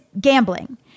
gambling